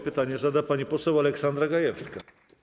Pytanie zada pani poseł Aleksandra Gajewska.